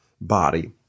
body